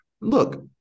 look